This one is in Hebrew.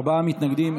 ארבעה מתנגדים,